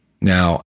Now